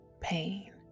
pain